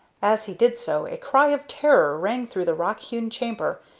as he did so, a cry of terror rang through the rock-hewn chamber,